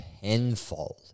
tenfold